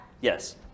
Yes